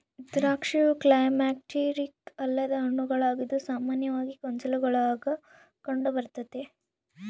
ದ್ರಾಕ್ಷಿಯು ಕ್ಲೈಮ್ಯಾಕ್ಟೀರಿಕ್ ಅಲ್ಲದ ಹಣ್ಣುಗಳಾಗಿದ್ದು ಸಾಮಾನ್ಯವಾಗಿ ಗೊಂಚಲುಗುಳಾಗ ಕಂಡುಬರ್ತತೆ